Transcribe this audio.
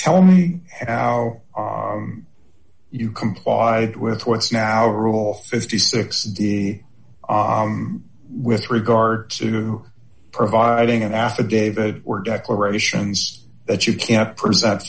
tell me how you complied with what's now rule fifty six the with regard to providing an affidavit were declarations that you can present